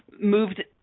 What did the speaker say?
moved